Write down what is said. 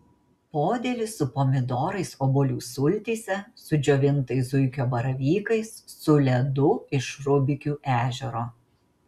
podėlis su pomidorais obuolių sultyse su džiovintais zuikio baravykais su ledu iš rubikių ežero